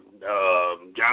John